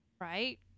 Right